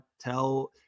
tell